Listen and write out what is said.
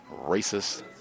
racist